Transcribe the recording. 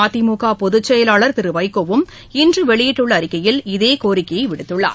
மதிமுக பொதுச்செயலாளர் திரு வைகோவும் இன்று வெளியிட்டுள்ள அறிக்கையில் இதே கோரிக்கையை விடுத்துள்ளார்